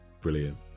Brilliant